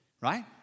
Right